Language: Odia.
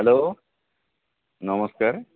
ହେଲୋ ନମସ୍କାର୍